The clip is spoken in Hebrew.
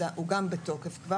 הוא גם בתוקף כבר,